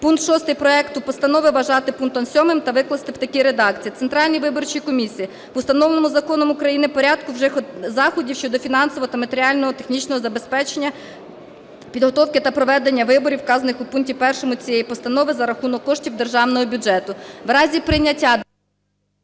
Пункт 6 проекту постанови вважати пунктом 7 та викласти в такій редакції: "Центральній виборчій комісії в установленому законом України порядку вжити заходів щодо фінансового та матеріально-технічного забезпечення підготовки та проведення виборів, вказаних у пункті 1 цієї постанови, за рахунок коштів Державного бюджету".